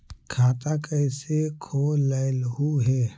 खाता कैसे खोलैलहू हे?